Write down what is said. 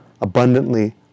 abundantly